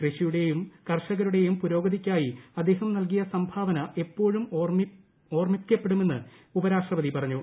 കൃഷിയുടെയും കർഷകരുടെയും പുരോഗതിക്കായി അദ്ദേഹം നൽകിയ സംഭാവന എപ്പോഴും ഓർമ്മിക്കപ്പെടുമെന്ന് ഉപരാഷ്ട്രപതി പറഞ്ഞു